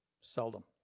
Seldom